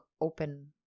open –